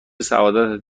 سعادتت